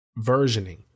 versioning